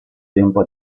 tempo